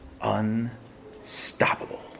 unstoppable